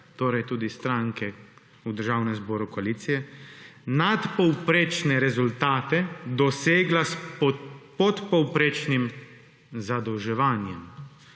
torej tudi stranke v Državnem zboru koalicije, nadpovprečne rezultate dosegla s podpovprečnim zadolževanjem.